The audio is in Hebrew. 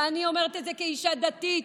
ואני אומרת את זה כאישה דתית.